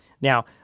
Now